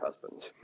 husbands